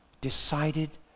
decided